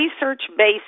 research-based